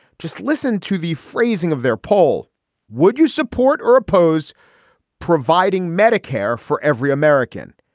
just listen to the phrasing of their poll would you support or oppose providing medicare for every american.